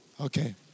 Okay